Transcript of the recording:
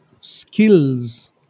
skills